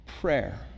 prayer